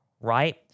right